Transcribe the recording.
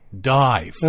Dive